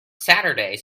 saturday